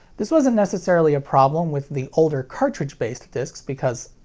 this wasn't necessarily a problem with the older cartridge-based discs because,